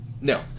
No